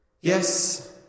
Yes